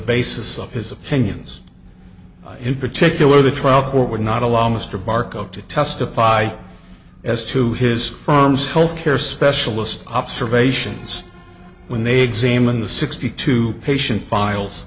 basis of his opinions in particular the trial court would not allow mr barch up to testify as to his firm's health care specialist observations when they examined the sixty two patient files